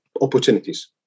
opportunities